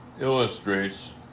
illustrates